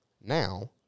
Now